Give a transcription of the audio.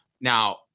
Now